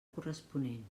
corresponent